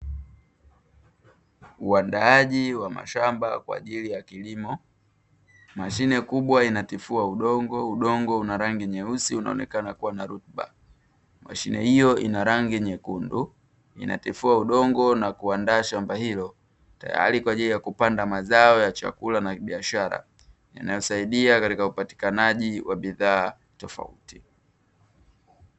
Uandaaji wa mashamba kwa ajili ya kilimo. Mashine kubwa inatifua udongo, udongo una rangi nyeusi unaonekana kuwa na rutuba. Mashine hiyo inarangi nyekundu inatifua udongo na kuandaa shamba hilo tayari kwa ajili ya kupanda mazao ya chakula na ya kibiashara, yanayosaidia katika upatikanaji wa bidhaa tofauti.